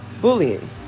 bullying